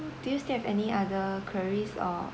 do you still have any other queries or